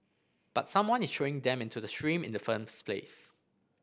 but someone is throwing them into the stream in the firms place